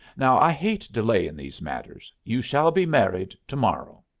now, i hate delay in these matters. you shall be married to-morrow.